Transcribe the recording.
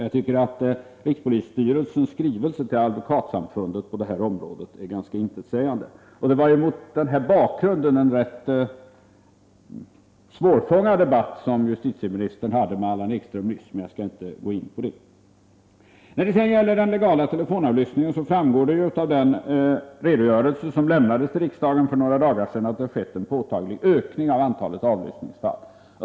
Jag tycker att rikspolisstyrelsens skrivelse till Advokatsamfundet på detta område är ganska intetsägande. Mot denna bakgrund var det en rätt svårfångad debatt som justitieministern förde med Allan Ekström nyss. Men jag skall inte gå in på den. När det gäller den legala telefonavlyssningen framgår det av den redogörelse som lämnades till riksdagen för några dagar sedan att det har skett en påtaglig ökning av antalet avlyssningsfall.